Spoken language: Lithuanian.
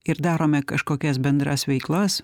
ir darome kažkokias bendras veiklas